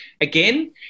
again